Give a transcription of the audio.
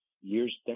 years